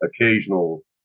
occasional